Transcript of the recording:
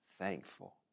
thankful